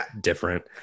different